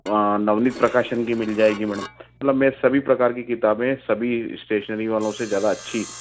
वहाँ नवनीत प्रकाशन की मिल जाएगी मैडम मतलब मै सभी प्रकार की किताबें सभी स्टेशनरी वालों से ज़्यादा अच्छी